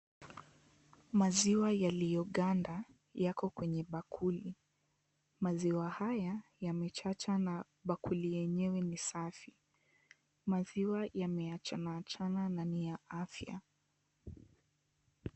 Maziwa yaliyoganda, yako kwenye bakuli. Maziwa haya, yamechacha na bakuli yenyewe ni safi. Maziwa yameachana achana na ni ya afya.